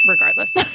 regardless